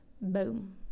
Boom